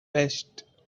best